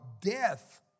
death